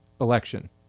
Election